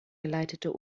geleitete